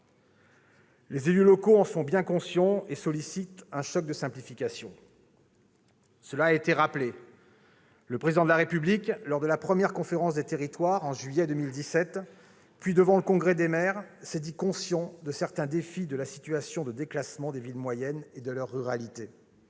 Les élus locaux en sont bien conscients et sollicitent un choc de simplification. Cela a été rappelé, le Président de la République, lors de la première Conférence nationale des territoires en juillet 2017, puis devant le Congrès des maires, s'est dit « conscient de certains défis de la situation de déclassement des villes moyennes et de leur ruralité